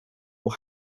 will